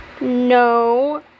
No